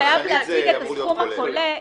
צרכנית זה אמור להיות כולל.